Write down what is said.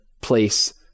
place